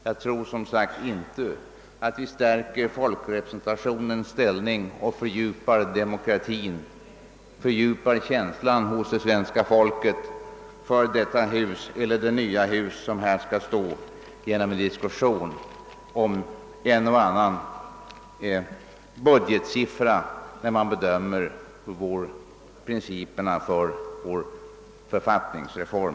Jag tror som sagt inte att vi stärker folkrepresentationens ställning och fördjupar vare sig demokratin eller känslan hos svenska folket för detta hus — eller det nya hus som här skall stå — genom en diskussion om en och annan budgetsiffra, när vi bedömer principerna för vår författningsreform.